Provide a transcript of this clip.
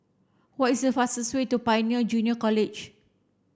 what is the fastest way to Pioneer Junior College